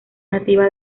nativa